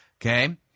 Okay